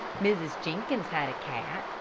mrs, jenkins had a cat,